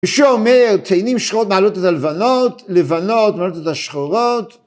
מישהו אומר, תאנים שחורות מעלות את הלבנות, לבנות מעלות את השחורות.